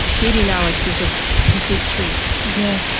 meeting alex was a complete treat. yeah,